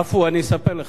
עפו, אני אספר לך.